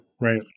Right